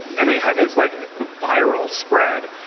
and it had this like viral spread.